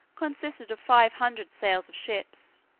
consisted of five hundred sails of ships,